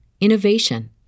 innovation